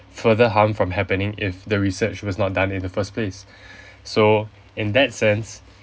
further harm from happening if the research was not done in the first place so in that sense